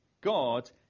God